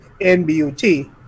nbut